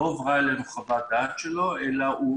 לא הועברה אלינו חוות דעת שלו אלא לא